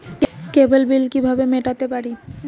কেবল bill কিভাবে মেটাতে পারি?